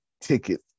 ticket